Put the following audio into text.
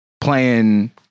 playing